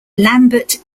lambert